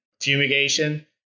fumigation